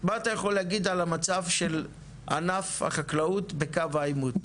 מה אתה יכול להגיד על המצב של ענף החקלאות בקו העימות?